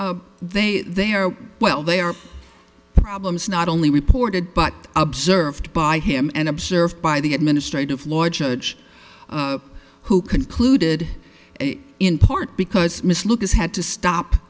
they they are well they are problems not only reported but observed by him and observed by the administrative law judge who concluded it in part because miss lucas had to stop